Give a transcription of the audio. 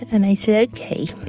and i said, ok,